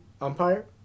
umpire